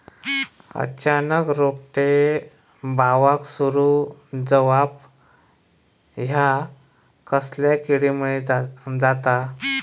अचानक रोपटे बावाक सुरू जवाप हया कसल्या किडीमुळे जाता?